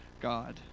God